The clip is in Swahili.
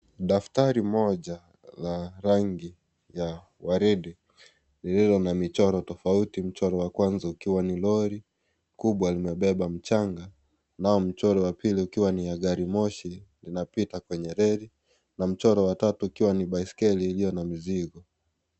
Daftari mmoja la rangi ya waridi, lililo na michoro tofauti. Mchoro wa kwanza ukiwa, ni lori kubwa limebeba mchanga. Nao, mchoro wa pili ni ukiwa ni wa gari moshi linapita kwenye lori na mchoro wa tatu ukiwa ni baiskeli iliyo na mizigo.